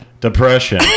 depression